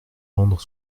rendre